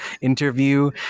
interview